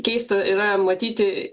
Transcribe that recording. keista yra matyti